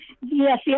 Yes